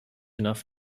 enough